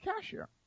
cashier